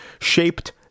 shaped